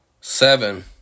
seven